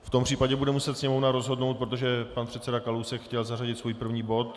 V tom případě bude muset Sněmovna rozhodnout, protože pan předseda Kalousek chtěl zařadit svůj první bod...